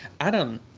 Adam